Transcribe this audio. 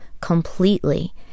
completely